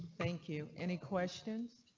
thank you. any questions.